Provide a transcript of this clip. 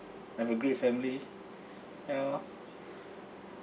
I have a great family ya